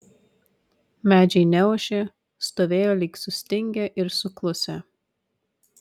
medžiai neošė stovėjo lyg sustingę ir suklusę